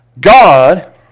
God